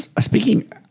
Speaking